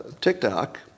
TikTok